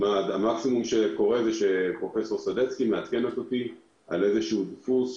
המקסימום שקורה זה שפרופ' סדצקי מעדכנת אותי על איזשהו דפוס,